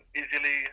easily